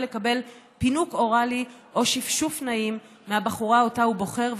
לקבל פינוק אוראלי או שפשוף נעים מהבחורה שאותה הוא בוחר,